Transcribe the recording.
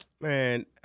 Man